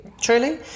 truly